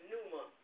Numa